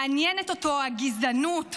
מעניינות אותו הגזענות והאלימות,